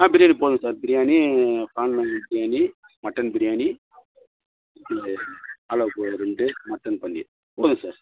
ஆ பிரியாணி போடுங்க sir biryani prawn மன் biryani mutton biryani ஆலா புலா ரெண்டு மட்டன் பன்னீர் போதும் சார்